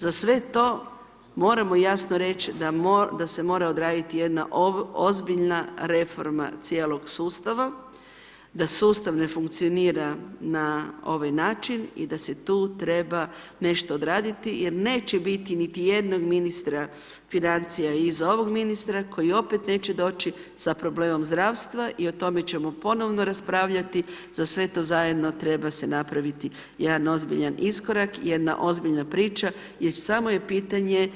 Za sve to moramo jasno reći da se mora odraditi jedna ozbiljna reforma cijelog sustava, da sustav ne funkcionira na ovaj način i da se tu treba nešto odraditi jer neće biti niti jednog ministra financija iza ovog ministra koji opet neće doći sa problemom zdravstva i o tome ćemo ponovono raspravljati, za sve to zajedno treba se napraviti jedan ozbiljan iskorak, jedna ozbiljna priča, jer samo je pitanje